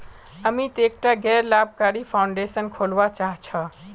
अमित एकटा गैर लाभकारी फाउंडेशन खोलवा चाह छ